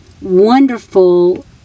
wonderful